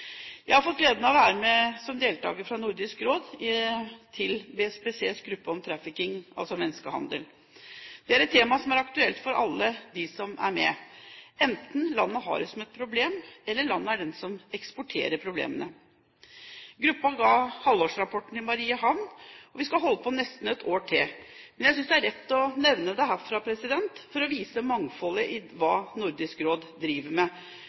Jeg har fått gleden av å være med som deltaker fra Nordisk Råd til BSPCs gruppe om trafficking, altså menneskehandel. Det er et tema som er aktuelt for alle dem som er med, enten landet har det som et problem eller landet er det som eksporterer problemene. Gruppen ga sin halvårsrapport i Mariehamn, og vi skal holde på nesten et år til. Men jeg synes det er rett å nevne det herfra, for å vise mangfoldet i hva Nordisk Råd driver med,